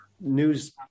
news